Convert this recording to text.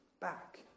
back